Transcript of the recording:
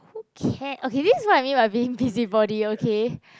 who care okay this is what I mean by being busybody okay